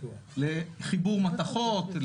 לחיבור מתכות,